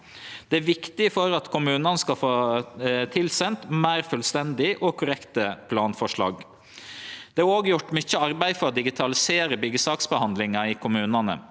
Det er viktig for at kommunane skal få tilsendt meir fullstendige og korrekte planforslag. Det er òg gjort mykje arbeid for å digitalisere byggjesaksbehandlinga i kommunane.